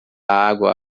água